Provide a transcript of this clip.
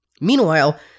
Meanwhile